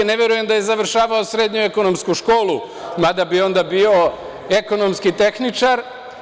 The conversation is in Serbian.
Ne verujem da je završavao srednju ekonomsku školu, mada bi onda bio ekonomski tehničar.